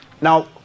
now